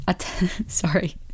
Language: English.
Sorry